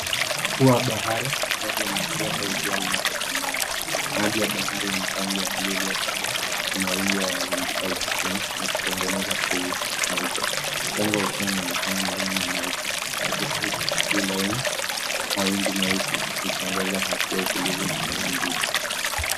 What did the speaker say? Ufuo wa bahari wakati wa machweo au jua linapochomoza maji ya baharini yana rangi ya buluu iliyokolea kwenye mawingu yanavunjika ufukweni yakitengeneza povu nyeupe. Mchanga wa ufuo linaonekana na laini na mweupe na zina anga mawingu juu meusi ikiongoza hisia tulivu na hewa nzito.